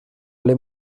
alle